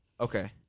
Okay